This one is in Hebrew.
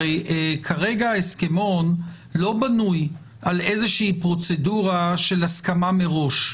הרי כרגע ההסכמון לא בנוי על איזה פרוצדורה של הסכמה מראש.